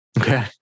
Okay